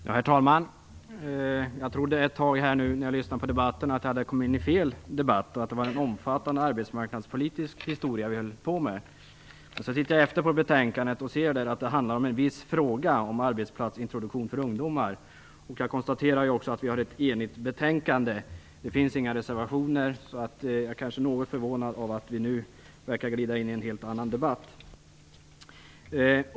Herr talman! Jag trodde ett tag när jag lyssnade på debatten att jag hade kommit in i fel debatt och att det var en omfattande arbetsmarknadspolitisk debatt som pågick. Sedan tittade jag efter i betänkandet och såg att det handlar om en viss fråga, nämligen om arbetsplatsintroduktion för ungdomar. Jag konstaterar också att utskottet är enigt och att det inte finns några reservationer i betänkandet. Jag är därför något förvånad över att debatten glidit över i något helt annat.